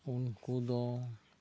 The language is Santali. ᱩᱱᱠᱩ ᱫᱚ